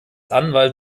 anwalt